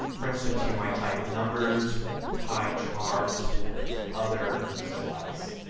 for instance, you might type numbers pie chart other slice